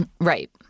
Right